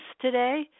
today